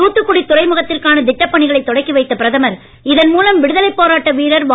தூத்துக்குடி துறைமுகத்திற்கான திட்டப் பணிகளைத் தொடக்கிவைத்த பிரதமர் இதன் மூலம் விடுதலைப் போராட்ட வீரர் வ